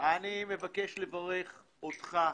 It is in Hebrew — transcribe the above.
אני מבקש לברך אותך,